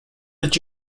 did